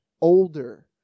older